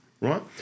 right